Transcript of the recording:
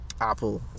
apple